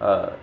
uh